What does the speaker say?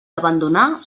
abandonar